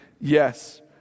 Yes